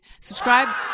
subscribe